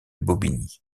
bobigny